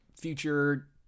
future